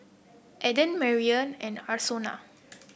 Enid Merrily and Arsenio